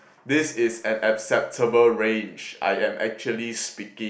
this is an acceptable range I am actually speaking